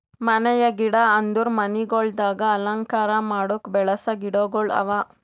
ಮನೆಯ ಗಿಡ ಅಂದುರ್ ಮನಿಗೊಳ್ದಾಗ್ ಅಲಂಕಾರ ಮಾಡುಕ್ ಬೆಳಸ ಗಿಡಗೊಳ್ ಅವಾ